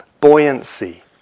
buoyancy